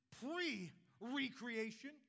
pre-recreation